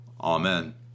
Amen